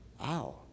Wow